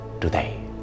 today